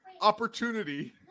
opportunity